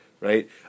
right